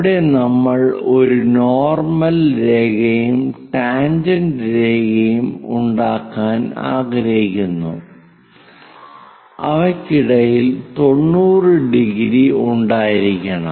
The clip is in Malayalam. അവിടെ നമ്മൾ ഒരു നോർമൽ രേഖയും ടാൻജെന്റ് രേഖയും ഉണ്ടാക്കാൻ ആഗ്രഹിക്കുന്നു അവയ്ക്കിടയിൽ 90⁰ ഉണ്ടായിരിക്കണം